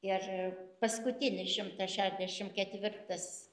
ir paskutinis šimtas šedešimt ketvirtas